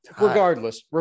regardless